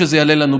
שנאלצו להסתתר,